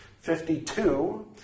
Fifty-two